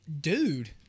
Dude